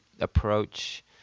approach